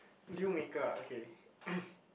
dealmaker ah okay